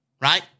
right